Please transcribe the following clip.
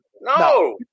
no